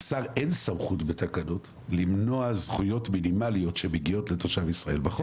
לשר אין סמכות בתקנות למנוע זכויות מינימליות שמגיעו לתושב ישראל בחוק.